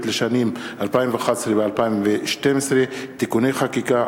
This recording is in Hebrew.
לשנים 2011 ו-2012 (תיקוני חקיקה),